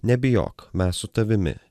nebijok mes su tavimi